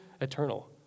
eternal